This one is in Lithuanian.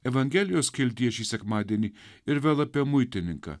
evangelijos skiltyje šį sekmadienį ir vėl apie muitininką